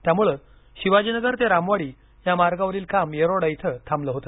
त्यामुळे शिवाजीनगर ते रामवाडी या मार्गावरील काम येरवडा इथं थांबलं होते